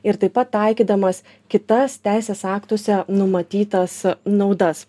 ir taip pat taikydamas kitas teisės aktuose numatytas naudas